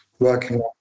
working